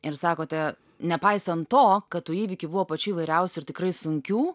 ir sakote nepaisant to kad tų įvykių buvo pačių įvairiausių ir tikrai sunkių